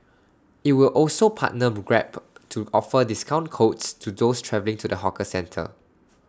IT will also partner grab to offer discount codes to those travelling to the hawker centre